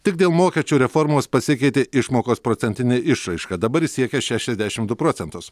tik dėl mokesčių reformos pasikeitė išmokos procentinė išraiška dabar ji siekia šešiasdešim du procentus